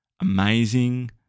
amazing